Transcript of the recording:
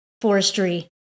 forestry